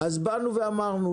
אז באנו ואמרנו,